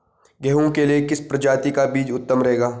गेहूँ के लिए किस प्रजाति का बीज उत्तम रहेगा?